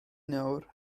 nawr